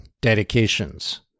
dedications